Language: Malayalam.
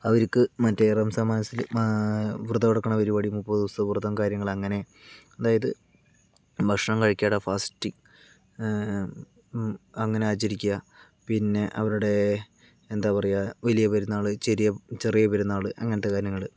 അവര്ക്ക് മറ്റേ റംസാൻ മാസത്തില് വ്രതം എടുക്കണ പരിപാടി മുപ്പത് ദിവസത്തെ വ്രതം കാര്യങ്ങളങ്ങനെ അതായത് ഭക്ഷണം കഴിക്കാതെ ഫസ്റ്റ് അങ്ങനെ ആചരിക്കുക പിന്നെ അവരുടെ എന്താ പറയാ വലിയ പെരുന്നാള് ചെരിയ ചെറിയ പെരുന്നാള് അങ്ങനത്തെ കാര്യങ്ങള്